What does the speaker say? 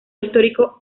histórico